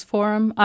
Forum